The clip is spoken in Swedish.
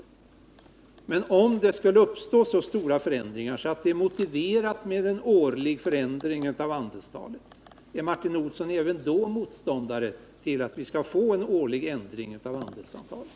Men är Martin Olsson, om det skulle uppstå så stora förändringar att det är motiverat med en årlig förändring av andelstalet, även då motståndare till att vi får en årlig ändring av andelstalet?